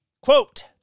Quote